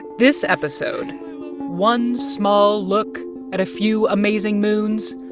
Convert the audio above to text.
this episode one small look at a few amazing moons,